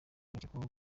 bakekwaho